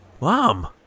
Mom